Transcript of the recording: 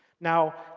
now,